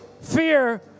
fear